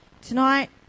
Tonight